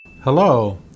Hello